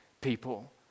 people